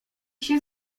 się